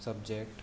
subject